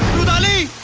rudaali!